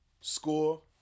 Score